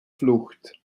flucht